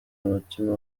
umutima